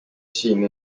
siin